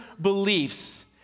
beliefs